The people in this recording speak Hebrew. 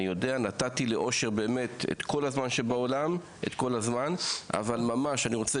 נתתי לאושר באמת את כל הזמן אבל ממש אני רוצה